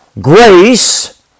grace